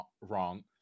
wrong